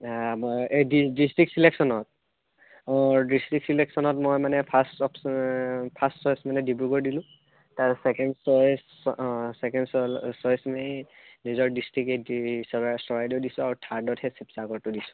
মই এই ডিষ্ট্ৰিক্ট ছিলেকশ্যনত মোৰ ডিষ্ট্ৰিক্ট ছিলেকশ্যনত মই মানে ফাৰ্ষ্ট চইচ মানে ডিব্ৰুগড় দিলোঁ তাৰ ছেকেণ্ড চইচ ছেকেণ্ড চইচ তুমি নিজৰ ডিষ্ট্ৰিক্ট চৰাইদেউ দিছোঁ আৰু থাৰ্ডত সেই শিৱসাগৰটো দিছোঁ